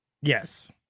Yes